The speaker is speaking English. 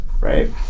right